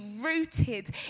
rooted